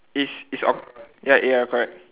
it's it's aug~ ya ya correct